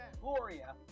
Gloria